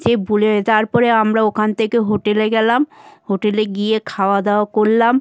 যে বলে তারপরে আমরা ওখান থেকে হোটেলে গেলাম হোটেলে গিয়ে খাওয়া দাওয়া করলাম